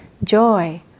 Joy